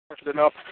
Enough